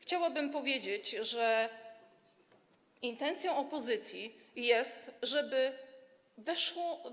Chciałabym powiedzieć, że intencją opozycji jest, żeby